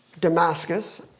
Damascus